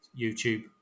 YouTube